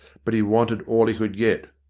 but he wanted all he could get.